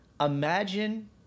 imagine